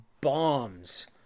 bombs